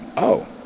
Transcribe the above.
oh,